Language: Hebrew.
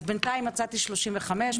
אז בינתיים מצאתי 35,